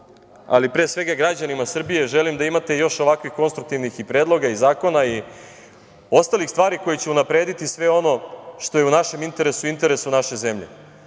ali pre svega građanima Srbije želim da imate još ovakvih konstruktivnih predloga i zakona i ostalih stvari koje će unaprediti sve ono što je u našem interesu, interesu naše zemlje. Ja